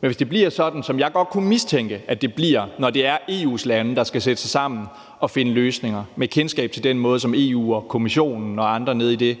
Men hvis det bliver sådan, som jeg godt kunne mistænke at det bliver, når det er EU's lande, der skal sætte sig sammen og finde løsninger – med kendskab til den måde, som EU og Kommissionen og andre nede i